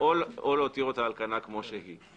או להותירה על כנה כפי שהיא.